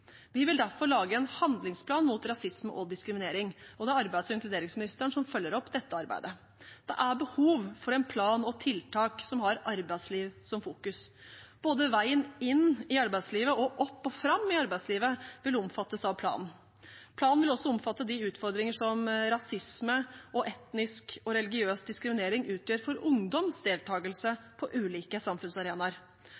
Vi vil derfor lage en handlingsplan mot rasisme og diskriminering, og det er arbeids- og inkluderingsministeren som følger opp dette arbeidet. Det er behov for en plan og tiltak som har arbeidsliv som fokus. Både veien inn i arbeidslivet og opp og fram i arbeidslivet vil omfattes av planen. Planen vil også omfatte de utfordringer som rasisme og etnisk og religiøs diskriminering utgjør for ungdoms deltakelse